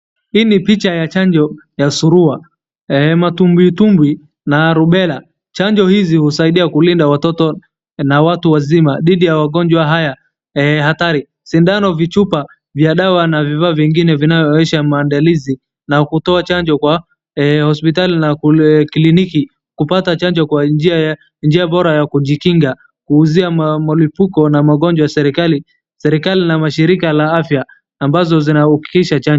Hii ni picha ya chanjo ya surua, matumbwitumbwi na rubela. Chanjo hizi husaidia kulinda watoto na watu wazima dhidi ya magonjwa haya hatari. Sindano, vichupa vya dawa na vifaa vingine vinavyoonyesha maandalizi na kutoa chanjo kwa hospitali na kliniki, kupata chanjo kwa njia bora ya kujikinga, kuuzia malipuko na magonjwa serikali, serikali la mashirika la afya, ambazo zinaukisha chanjo.